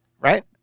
Right